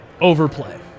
overplay